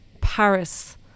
paris